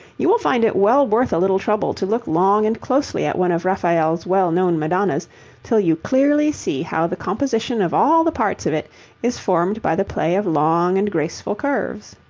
you will find it well worth a little trouble to look long and closely at one of raphael's well-known madonnas till you clearly see how the composition of all the parts of it is formed by the play of long and graceful curves.